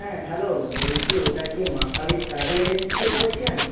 হ্যাঁ হ্যালো বলছি ওটা কি মা কালী ট্রাভেল এজেন্সি থেকে বলছেন